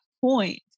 point